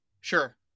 Sure